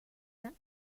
that